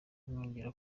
mwongere